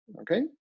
okay